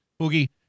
Boogie